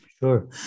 Sure